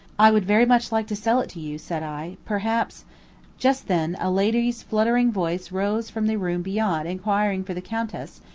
i would very much like to sell it to you, said i. perhaps just then a lady's fluttering voice rose from the room beyond inquiring for the countess,